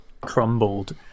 crumbled